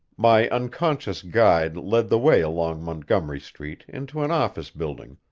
my unconscious guide led the way along montgomery street into an office building,